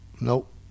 Nope